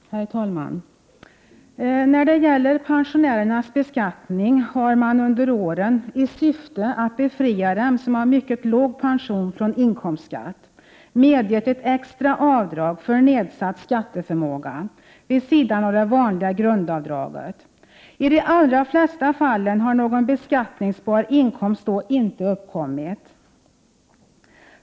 Herr talman! När det gäller pensionärernas beskattning har man under åren, i syfte att befria dem som har mycket låg pension från inkomstskatt, medgett ett extra avdrag för nedsatt skatteförmåga vid sidan av det vanliga grundavdraget. I de allra flesta fall har någon beskattningsbar inkomst inte uppkommit.